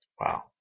Wow